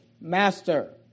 master